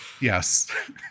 Yes